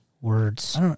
Words